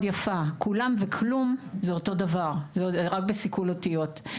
יפה "כולם" ו"כלום" זה אותו דבר רק בשיכול אותיות.